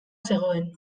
zegoen